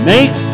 Make